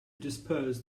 disperse